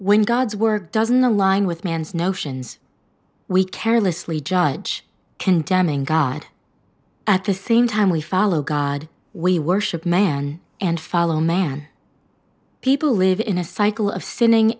when god's work doesn't align with mans notions we carelessly judge condemning god at the same time we follow god we worship man and follow man people live in a cycle of sinning